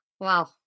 Wow